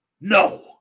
No